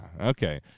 Okay